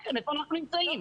איפה אנחנו נמצאים?